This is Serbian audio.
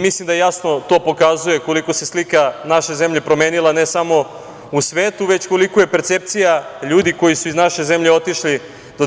Mislim da to jasno pokazuje koliko se slika naše zemlje promenila ne samo u svetu, već koliko je percepcija ljudi koji su iz naše zemlje otišli do 2012/2013.